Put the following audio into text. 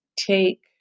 take